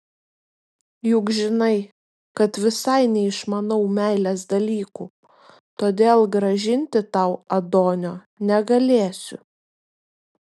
juk žinai kad visai neišmanau meilės dalykų todėl grąžinti tau adonio negalėsiu